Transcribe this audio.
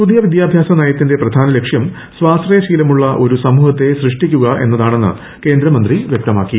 പുതിയ വിദ്യാഭ്യാസ നയത്തിന്റെ പ്രധാനലക്ഷ്യം സ്വാശ്രയ ശീലമുള്ള ഒരു സമൂഹത്തെ സൃഷ്ടിക്കുക എന്നതാണെന്ന് കേന്ദ്രമന്ത്രി വൃക്തമാക്കി